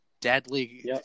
deadly